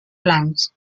blancs